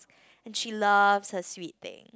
and she loves her sweet thing